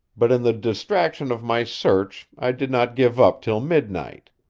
but in the distraction of my search i did not give up till midnight.